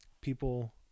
People